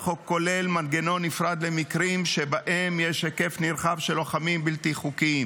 החוק כולל מנגנון נפרד למקרים שבהם יש היקף נרחב של לוחמים בלתי חוקיים.